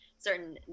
certain